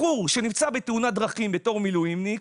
בחור שנפצע בתאונת דרכים בתור מילואימניק,